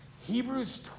Hebrews